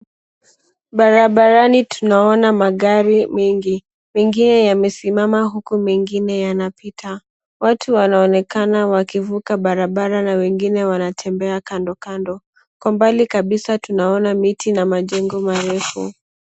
Barabarani tunaona magari mingi mengine yamesimama huku mengine yanapita. Watu wanaonekana wakivuka barabara na wengine wanatembea kando kando kwa mbali kabisa tunaona miti na majengo marefu.